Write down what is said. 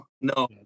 No